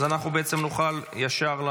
אז אנחנו בעצם נוכל לעבור.